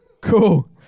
Cool